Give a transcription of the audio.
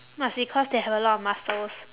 must be cause they have a lot of muscles